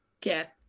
get